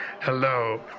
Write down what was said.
Hello